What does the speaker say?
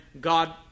God